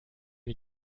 die